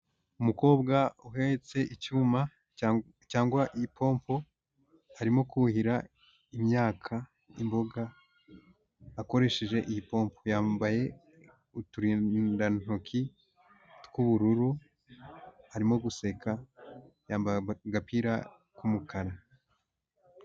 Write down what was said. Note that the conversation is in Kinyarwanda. Umukobwa uhetse icyuma cyangwa ipompo, arimo kuhira imyaka nk'imboga akoresheje iyi pompo. Yambaye uturindantoki tw'ubururu, arimo guseka yambaye agapira k'umukara.